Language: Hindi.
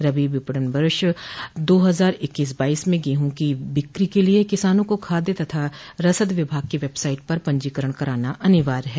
रबी विपणन वर्ष दो हजार इक्कीस बाइस में गेहूं की बिकी के लिए किसानों को खाद्य तथा रसद विभाग की वेबसाइट पर पंजीकरण कराना अनिवार्य है